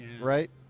right